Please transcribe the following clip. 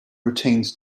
routines